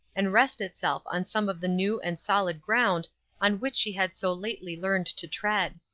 and rest itself on some of the new and solid ground on which she had so lately learned to tread.